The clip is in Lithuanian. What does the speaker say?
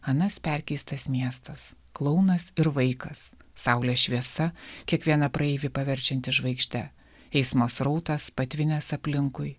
anas perkeistas miestas klounas ir vaikas saulės šviesa kiekvieną praeivį paverčianti žvaigžde eismo srautas patvinęs aplinkui